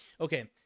Okay